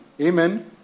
Amen